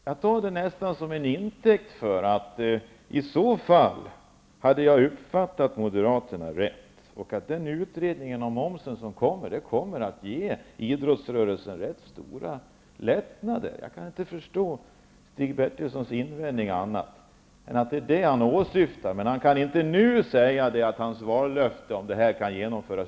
Herr talman! Det Stig Bertilsson sade nu tar jag nästan som intäkt för att jag hade uppfattat Moderaterna rätt. Jag kan inte förstå hans invändning på annat sätt än som ett löfte att utredningen om momsen kommer att leda till stora lättnader för idrottsrörelsen. Det måste vara detta Stig Bertilsson åsyftar, men han kan inte nu säga att hans vallöften kommer att genomföras.